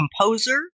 composer